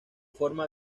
forma